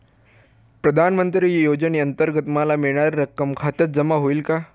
प्रधानमंत्री योजनेअंतर्गत मला मिळणारी रक्कम खात्यात जमा होईल का?